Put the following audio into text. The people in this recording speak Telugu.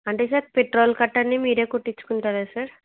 అంటే సార్ పెట్రోల్కట్టా అన్నీ మీరే కొట్టించుకుంటారా సార్